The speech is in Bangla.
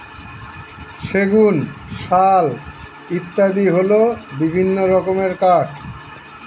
সেগুন, শাল ইত্যাদি হল বিভিন্ন রকমের কাঠ